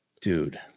Dude